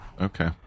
Okay